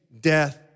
death